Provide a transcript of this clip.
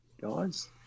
guys